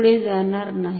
पुढे जाणार नाही